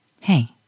Hey